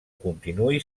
continuï